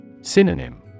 Synonym